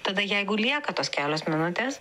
tada jeigu lieka tos kelios minutės